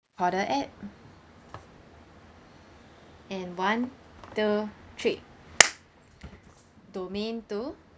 for the add and one two three domain two